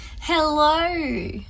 Hello